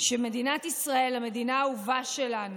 שמדינת ישראל, המדינה האהובה שלנו,